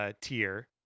tier